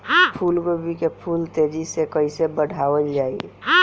फूल गोभी के फूल तेजी से कइसे बढ़ावल जाई?